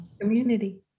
community